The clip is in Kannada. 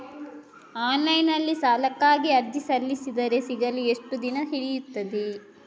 ಆನ್ಲೈನ್ ನಲ್ಲಿ ಸಾಲಕ್ಕಾಗಿ ಅರ್ಜಿ ಸಲ್ಲಿಸಿದರೆ ಸಿಗಲು ಎಷ್ಟು ದಿನ ಹಿಡಿಯುತ್ತದೆ?